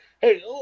Hey